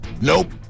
Nope